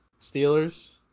steelers